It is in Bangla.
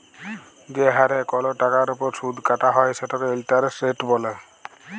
যে হারে কল টাকার উপর সুদ কাটা হ্যয় সেটকে ইলটারেস্ট রেট ব্যলে